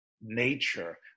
nature